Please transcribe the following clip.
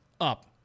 Up